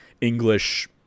English